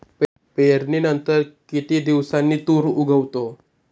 पेरणीनंतर किती दिवसांनी तूर उगवतो?